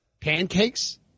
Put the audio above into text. Pancakes